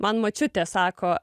man močiutė sako